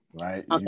Right